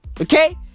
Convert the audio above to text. Okay